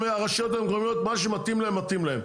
הרשויות המקומיות מה שמתאים להם מתאים להם.